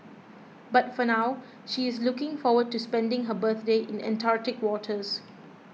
but for now she is looking forward to spending her birthday in Antarctic waters